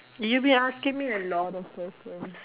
will you be asking me a lot of question